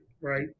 right